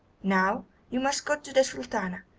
now you must go to the sultana,